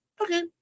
okay